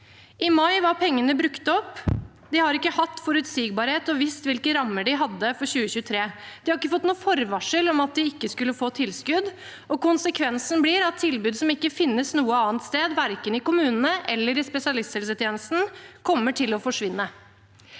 I mai var pengene brukt opp. De har ikke hatt forutsigbarhet og visst hvilke rammer de hadde for 2023. De har ikke fått noe forvarsel om at de ikke skulle få tilskudd. Konsekvensen blir at tilbud som ikke finnes noe annet sted, verken i kommunene eller i spesialisthelsetjenesten, kommer til å forsvinne.